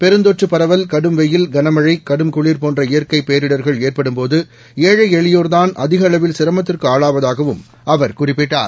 பெருந்தொற்றுப் பரவல் கடும் வெயில் கனமழை கடும் குளிர் போன்ற இயற்கை பேரிடர்கள் ஏற்படும்போது ஏழை எளியோர் தான் அதிக அளவில் சிரமத்திற்கு ஆளாவதாகவும் அவர் குறிப்பிட்டார்